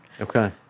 Okay